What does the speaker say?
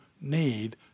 need